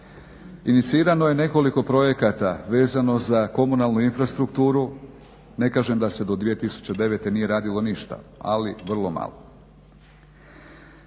Inicirano je nekoliko projekata vezano za komunalnu infrastrukturu. Ne kažem da se do 2009. nije radilo ništa, ali vrlo malo.